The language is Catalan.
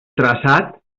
traçat